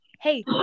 hey